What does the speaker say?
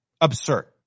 Absurd